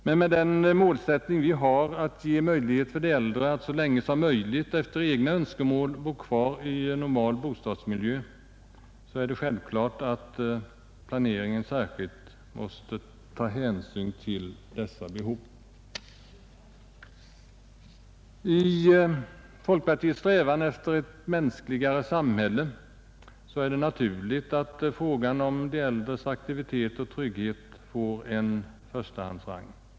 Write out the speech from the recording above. Men med den målsättning vi har, att ge möjlighet för de äldre att så länge som möjligt efter egna önskemål bo kvar i normal bostadsmiljö, är det självklart att planeringen särskilt måste ta hänsyn till dessa behov. I folkpartiets strävan efter ett mänskligare samhälle är det naturligt att frågan om de äldres aktivitet och trygghet får en förstahandsrang.